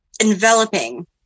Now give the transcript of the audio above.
enveloping